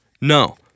No